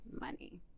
money